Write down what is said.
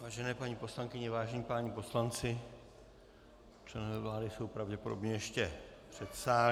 Vážené paní poslankyně, vážení páni poslanci, členové vlády jsou pravděpodobně ještě v předsálí.